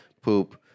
poop